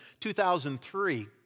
2003